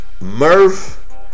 Murph